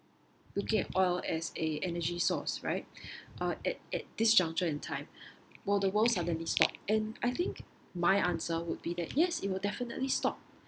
looking at oil as a energy source right uh at at this juncture in time will the world suddenly stop and I think my answer would be that yes it will definitely stop